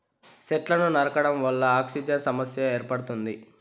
సెట్లను నరకడం వల్ల ఆక్సిజన్ సమస్య ఏర్పడుతుంది